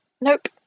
Nope